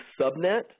subnet